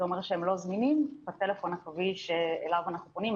זה אומר שהם לא זמינים בטלפון הקווי שאליו אנחנו פונים.